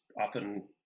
often